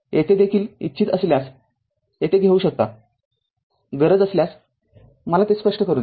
येथे देखील इच्छित असल्यास येथे घेऊ शकता गरज असल्यास मला ते स्पष्ट करू द्या